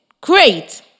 Great